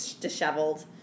disheveled